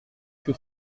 que